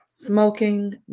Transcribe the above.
smoking